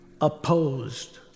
Opposed